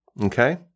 okay